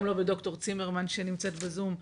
גם לא בד"ר צימרמן שנמצאת בזום.